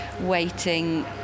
waiting